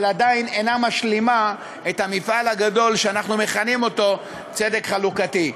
אבל עדיין אינה משלימה את המפעל הגדול שאנחנו מכנים צדק חלוקתי.